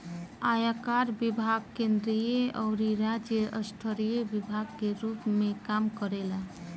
आयकर विभाग केंद्रीय अउरी राज्य स्तरीय विभाग के रूप में काम करेला